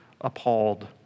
appalled